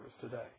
today